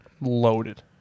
Loaded